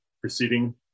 proceeding